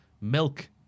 Milk